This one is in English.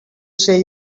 say